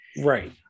Right